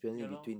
ya lor